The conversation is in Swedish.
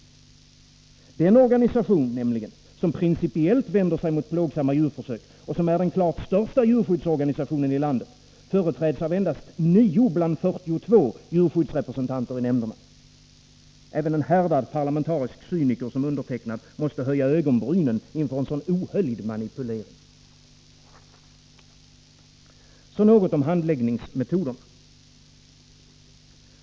Den organisation nämligen som principiellt vänder sig mot plågsamma djurförsök och som är den klart största djurskyddsorganisationen i landet företräds av endast 9 bland 42 djurskyddsrepresentanter i nämnderna. Även en härdad parlamentarisk cyniker som jag måste höja ögonbrynen inför en så ohöljd manipulering. Så något om handläggningsmetoderna.